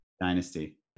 Dynasty